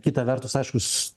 kita vertus aiškus